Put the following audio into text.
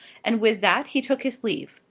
and with that he took his leave.